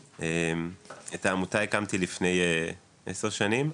את העמותה הקמתי לפני עשר שנים,